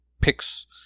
picks